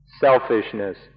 selfishness